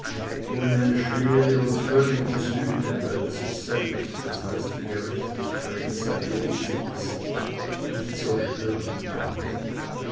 ohne eine schwere und völlige sühne weil er sich selbst das heißt die gerechtigkeit die sein wesen ist nicht zerstören kann